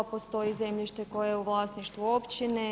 Postoji zemljište koje je u vlasništvu općine.